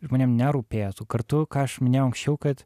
žmonėm nerūpėtų kartu ką aš minėjau anksčiau kad